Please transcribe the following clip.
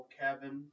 cabin